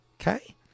okay